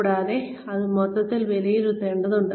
കൂടാതെ അത് മൊത്തത്തിൽ വിലയിരുത്തേണ്ടതുണ്ട്